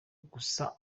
gusa